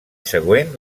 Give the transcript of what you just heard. següent